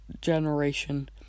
generation